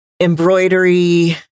embroidery